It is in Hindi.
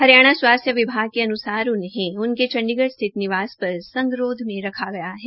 हरियाणा स्वास्थ्य विभाग के अनुसार उनहें उनके चंडीगढ़ सिथत निवास पर संगरोध में रखा गया है